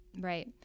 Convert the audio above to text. Right